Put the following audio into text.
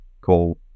call